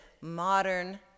modern